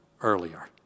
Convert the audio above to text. earlier